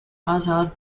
azad